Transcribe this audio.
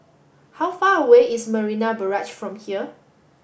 how far away is Marina Barrage from here